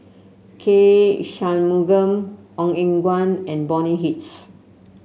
K Shanmugam Ong Eng Guan and Bonny Hicks